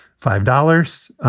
five dollars.